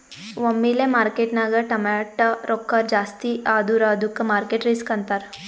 ಒಮ್ಮಿಲೆ ಮಾರ್ಕೆಟ್ನಾಗ್ ಟಮಾಟ್ಯ ರೊಕ್ಕಾ ಜಾಸ್ತಿ ಆದುರ ಅದ್ದುಕ ಮಾರ್ಕೆಟ್ ರಿಸ್ಕ್ ಅಂತಾರ್